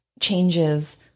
changes